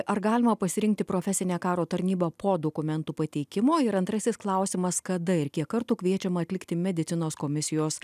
ar galima pasirinkti profesinę karo tarnybą po dokumentų pateikimo ir antrasis klausimas kada ir kiek kartų kviečiama atlikti medicinos komisijos